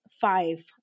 five